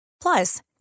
Plus